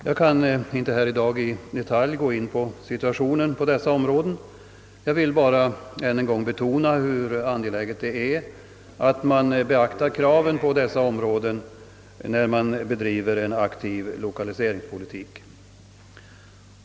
Jag skall inte här i dag i detalj gå in på situationen på dessa områden, men jag vill betona hur angeläget det är att man beaktar kraven på dessa områden när man bedriver en aktiv Ilokaliseringspolitik.